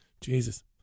Jesus